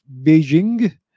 Beijing